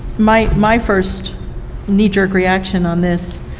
my my first knee-jerk reaction on this,